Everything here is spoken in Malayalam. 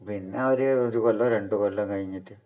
പിന്നവർ ഒരു കൊല്ലമോ രണ്ട് കൊല്ലം കഴിഞ്ഞിട്ട്